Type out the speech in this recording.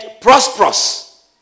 prosperous